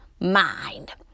Mind